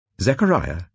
Zechariah